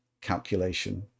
calculation